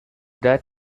that